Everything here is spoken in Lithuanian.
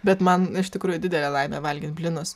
bet man iš tikrųjų didelė laimė valgyt blynus